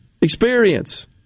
experience